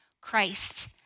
Christ